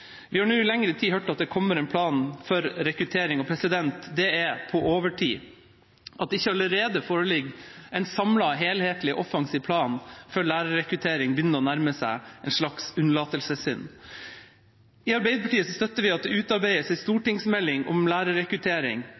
på overtid. At det ikke allerede foreligger en samlet, helhetlig og offensiv plan for lærerrekruttering, begynner å nærme seg en slags unnlatelsessynd. I Arbeiderpartiet støtter vi at det utarbeides en stortingsmelding om lærerrekruttering,